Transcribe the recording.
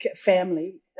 family